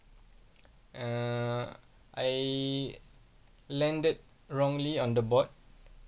err I landed wrongly on the board